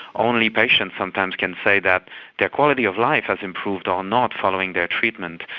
only patients sometimes can say that their quality of life has improved or not following their treatment.